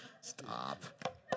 Stop